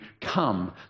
come